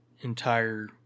entire